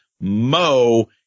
Mo